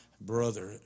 brother